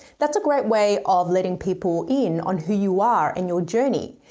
that's a great way of letting people in on who you are and your journey.